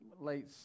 late